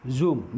Zoom